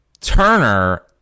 Turner